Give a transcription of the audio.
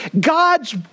God's